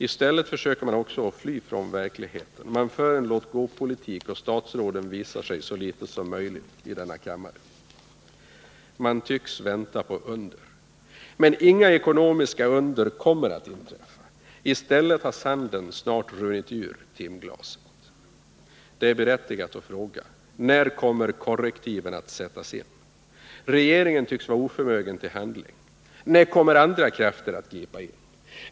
I stället försöker man att fly undan verkligheten. Man för en låtgåpolitik, och statsråden visar sig så litet som möjligt i denna kammare. Man tycks vänta på under. Men inga ekonomiska under kommer att inträffa. I stället har sanden snart runnit ur timglaset. Det är berättigat att fråga: När kommer korrektiven att sättas in? Regeringen tycks vara oförmögen till handling. När kommer andra krafter att gripa in?